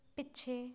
ਪਿੱਛੇ